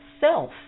self